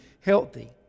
healthy